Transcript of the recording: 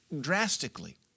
drastically